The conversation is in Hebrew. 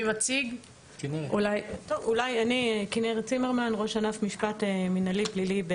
ראש ענף משפט מינהלי פלילי,